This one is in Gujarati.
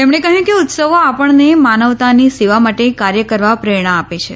તેમણે કહ્યું કે ઉત્સવો આપણને માનવતાની સેવા માટે કાર્ય કરવા પ્રેરણા આપે છે